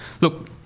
look